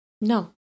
No